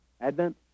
Advent